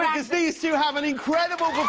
these two have an incredible